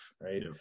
right